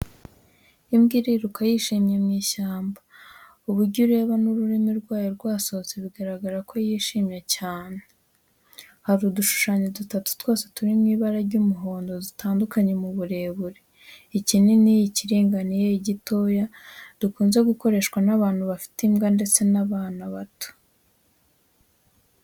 Imbwa iriruka yishimye mu ishyamba uburyo ureba n’ururimi rwayo rwasohotse biragaragara ko yishimye cyane. Hari udushushanyo dutatu twose turi mu ibara ry’umuhondo dutandukanye mu burebure: ikinini, ikiringaniye, igitoya, dukunze gukoreshwa n’abantu bafite imbwa ndetse n’abana bato.